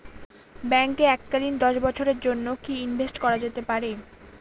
ব্যাঙ্কে এককালীন দশ বছরের জন্য কি ইনভেস্ট করা যেতে পারে?